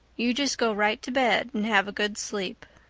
you just go right to bed and have a good sleep.